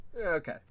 Okay